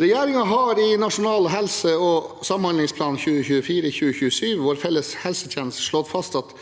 Regjeringen har i Nasjonal helse- og samhandlingsplan 2024–2027 – Vår felles helsetjeneste slått fast at